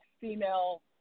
female